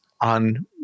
on